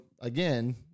again